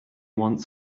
want